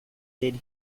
did